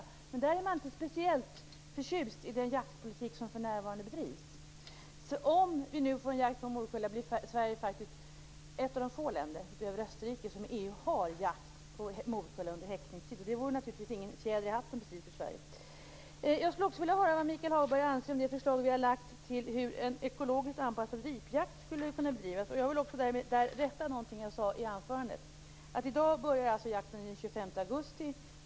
Men Sveriges ornitologers förening är inte speciellt förtjust i den jaktpolitik som för närvarande bedrivs. Om vi får en jakt på morkulla, blir Sverige ett av få länder inom EU, utöver Österrike, som har jakt på morkulla under häckningstid. Det vore naturligtvis inte precis någon fjäder i hatten för Sverige. Jag skulle också vilja höra vad Michael Hagberg anser om det förslag som vi har lagt fram om hur en ekologiskt anpassad ripjakt skulle kunna bedrivas. Jag vill därmed också rätta något som jag sade i anförandet. I dag börjar alltså jakten och pågår fram till den 25 augusti.